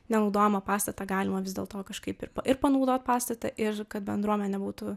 nenaudojamą pastatą galima vis dėlto kažkaip ir panaudot pastatą ir kad bendruomenė būtų